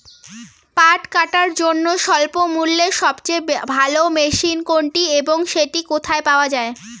পাট কাটার জন্য স্বল্পমূল্যে সবচেয়ে ভালো মেশিন কোনটি এবং সেটি কোথায় পাওয়া য়ায়?